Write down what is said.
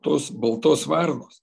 tos baltos varnos